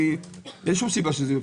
אין סיבה שיהיה בפטור.